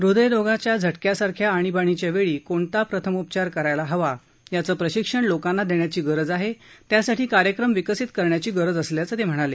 हृदयरोगाचा झटक्यासारख्या आणीबाणीच्या वेळी कोणता प्रथमोपचार करायला हवा याचं प्रशिक्षण लोकांना देण्याची गरज आहे त्यासाठी कार्यक्रम विकसित करण्याची गरज असल्याचं ते म्हणाले